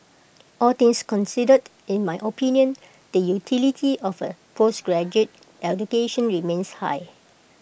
all things considered in my opinion the utility of A postgraduate education remains high